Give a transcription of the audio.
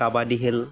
কাবাডী খেল